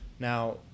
Now